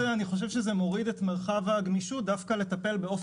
זה אני חושב שזה מוריד את מרחב הגמישות דווקא לטפל באופן יעיל.